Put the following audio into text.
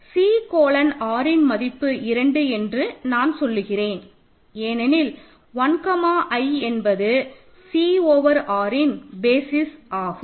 C colon R மதிப்பு 2 என்று நான் சொல்லுகிறேன் ஏனெனில் 1 கமா i என்பது C ஓவர் R ன் பேசிஸ் ஆகும்